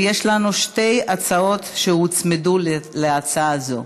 יש לנו שתי הצעות שהוצמדו להצעה הזאת.